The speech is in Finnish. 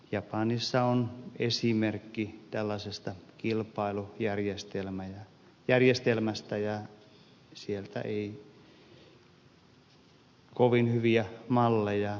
japanissa on esimerkki tällaisesta kilpailujärjestelmästä ja sieltä ei kovin hyviä malleja ole meille tarjolla